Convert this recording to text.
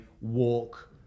walk